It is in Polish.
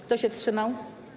Kto się wstrzymał?